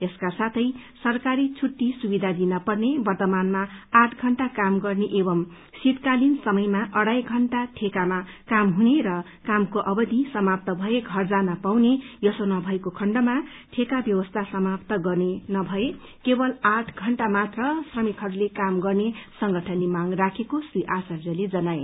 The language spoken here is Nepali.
यसका साथै सरकारी छुट्टी सुविधा दिन पर्ने वर्त्तमानमा आठ षन्टा काम गर्ने एंव शीतकालिन समयमा अढ़ाई घन्टा ढेकमा काम हुने र कामको अवधि समाप्त भए घर जान पाउने यसो न भएको खण्डमा ठेका ब्यवस्था समाप्त गर्ने न भए केवल आठ षन्टा मात्र श्रमिकहरूले काम गर्ने संगठनले मांग राखेको श्री आर्चायले जनाए